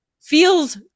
feels